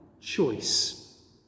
choice